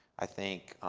i think